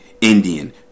Indian